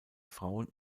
frauen